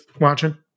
watching